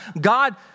God